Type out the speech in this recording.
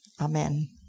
Amen